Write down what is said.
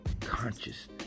consciousness